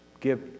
give